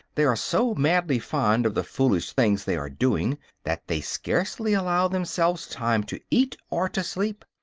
they are so madly fond of the foolish things they are doing that they scarcely allow themselves time to eat or to sleep.